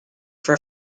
for